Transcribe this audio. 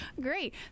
great